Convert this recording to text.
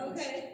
Okay